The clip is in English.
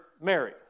Mary